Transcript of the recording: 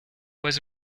was